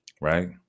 right